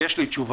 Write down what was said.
ויש לי תשובה,